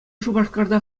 шупашкарта